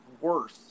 worse